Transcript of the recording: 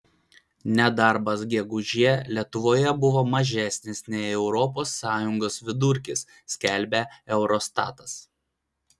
nedarbas gegužę lietuvoje buvo mažesnis nei europos sąjungos vidurkis skelbia eurostatas